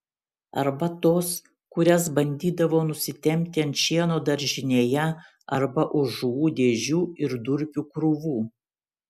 arba tos kurias bandydavo nusitempti ant šieno daržinėje arba už žuvų dėžių ir durpių krūvų